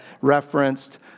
referenced